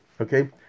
Okay